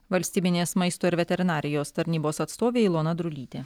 valstybinės maisto ir veterinarijos tarnybos atstovė ilona drulytė